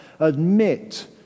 Admit